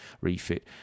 refit